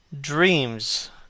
dreams